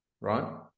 right